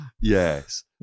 yes